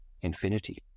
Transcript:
infinity